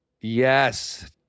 Yes